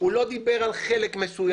הוא לא דיבר על חלק מסוים.